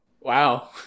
Wow